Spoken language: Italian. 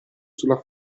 sulla